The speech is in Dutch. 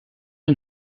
een